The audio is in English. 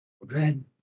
Red